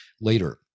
later